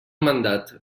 mandat